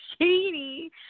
shady